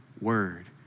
word